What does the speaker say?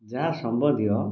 ଯାହା ସମ୍ବନ୍ଧୀୟ